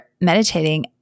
meditating